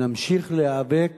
נמשיך להיאבק גם,